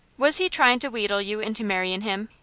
was he tryin' to wheedle you into marryin' him?